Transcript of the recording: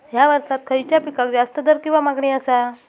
हया वर्सात खइच्या पिकाक जास्त दर किंवा मागणी आसा?